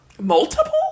Multiple